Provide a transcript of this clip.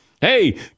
Hey